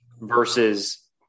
versus